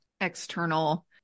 external